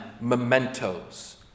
mementos